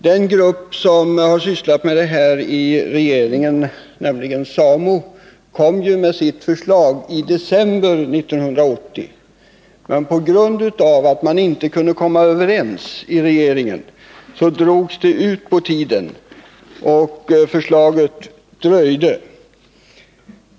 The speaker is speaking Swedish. Den grupp, SAMO, som har sysslat med den här frågan kom nämligen med sitt förslag redan i december 1980, men på grund av att man inte kunde komma överens i regeringen drog det ut på tiden innan förslaget kunde framläggas.